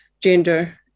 gender